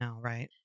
right